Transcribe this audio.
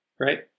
right